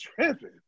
tripping